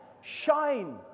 shine